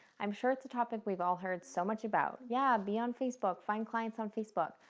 i'm sure it's a topic we've all heard so much about. yeah, be on facebook, find clients on facebook.